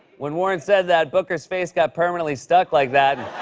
when warren said that, booker's face got permanently stuck like that,